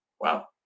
Wow